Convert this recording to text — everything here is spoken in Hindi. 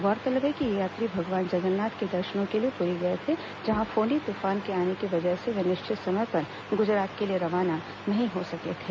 गौरतलब है कि ये यात्री भगवान जगन्नाथ के दर्शनों के लिए पुरी गए थे जहां फोनी तूफान आने की वजह से वे निश्चित समय पर गुजरात के लिए रवाना नहीं हो सके थे